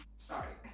sorry.